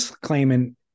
claiming